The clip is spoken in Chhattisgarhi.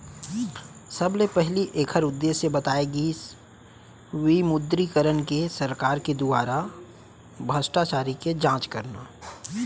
सबले पहिली ऐखर उद्देश्य बताए गिस विमुद्रीकरन के सरकार के दुवारा भस्टाचारी के जाँच करना